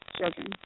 children